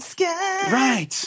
Right